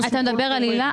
אתה מדבר על היל"ה?